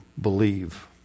believe